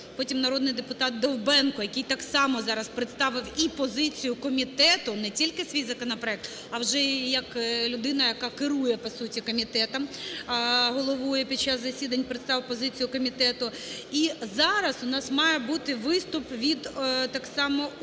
народний депутат Довбенко, який так само зараз представив і позицію комітету, не тільки свій законопроект, а вже як людина, яка керує, по суті, комітетом, головує під час засідань, представив позицію комітету. І зараз у нас має бути виступ від так само уряду.